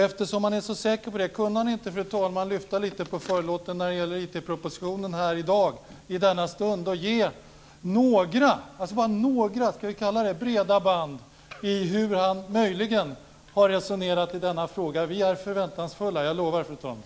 Eftersom han är så säker på det, kunde han inte, fru talman, lyfta lite på förlåten när det gäller IT propositionen och här i dag i denna stund ge bara några ska vi kalla det breda band för hur han möjligen har resonerat i denna fråga? Vi är förväntansfulla, det lovar jag, fru talman.